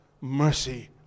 mercy